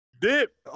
Dip